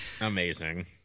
Amazing